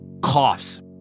coughs